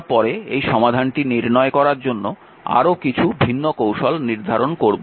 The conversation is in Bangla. আমরা পরে এই সমাধানটি নির্ণয় করার জন্য আরও কিছু ভিন্ন কৌশল নির্ধারণ করব